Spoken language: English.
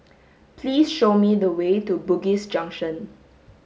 please show me the way to Bugis Junction